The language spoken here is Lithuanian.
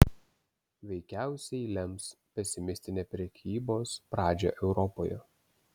veikiausiai lems pesimistinę prekybos pradžią europoje